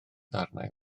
ddarnau